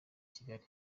kigali